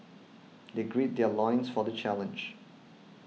they gird their loins for the challenge